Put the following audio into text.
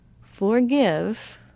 forgive